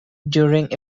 during